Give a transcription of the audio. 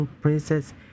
princess